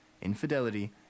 infidelity